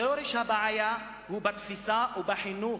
שורש הבעיה הוא בתפיסה ובחינוך,